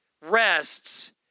rests